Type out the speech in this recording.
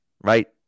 right